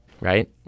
right